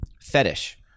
fetish